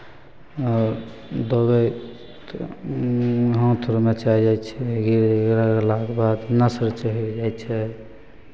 आओर दौड़य तऽ हाथ मोचरा जाइ छै गिर गिरलाके बाद नस उस चढ़ि जाइ छै